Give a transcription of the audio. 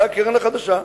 זה הקרן החדשה.